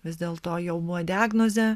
vis dėl to jau buvo diagnozė